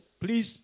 please